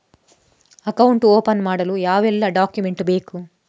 Account open ಮಾಡಲು ಯಾವೆಲ್ಲ document ಬೇಕು?